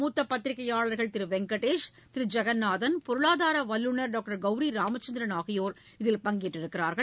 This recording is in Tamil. மூத்த பத்திரிகையாளர்கள் திரு வெங்கடேஷ் திரு ஜெகந்நாதன் பொருளாதார வல்லுநர் டாக்டர் கவுரி ராமச்சந்திரன் ஆகியோர் இதில் பங்கேற்றுள்ளனர்